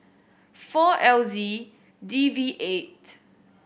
four L Z D V eight